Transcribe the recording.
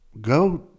go